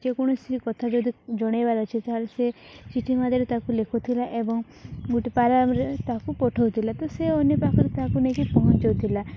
ଯେକୌଣସି କଥା ଯଦି ଜଣାଇବାର ଅଛି ତା'ହେଲେ ସେ ଚିଠି ମଧ୍ୟମରେ ତାକୁ ଲେଖୁଥିଲା ଏବଂ ଗୋଟେ ପାରାରେ ତାକୁ ପଠାଉଥିଲା ତ ସେ ଅନ୍ୟ ପାଖରେ ତାକୁ ନେଇକି ପହଞ୍ଚାଉଥିଲା